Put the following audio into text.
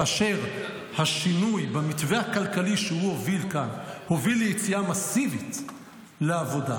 כאשר השינוי במתווה הכלכלי שהוא הוביל כאן הוביל ליציאה מסיבית לעבודה,